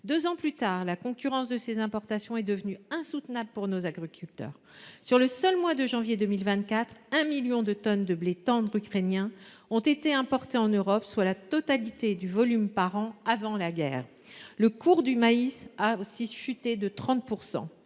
Deux ans plus tard, la concurrence de ces importations est devenue insoutenable pour nos agriculteurs. Sur le seul mois de janvier 2024, un million de tonnes de blé tendre ukrainien ont été importées en Europe, soit la totalité du volume par an avant la guerre ; le cours du maïs a également chuté de 30 %.